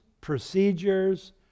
procedures